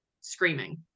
screaming